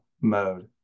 mode